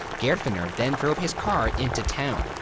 geirfinnur then drove his car into town,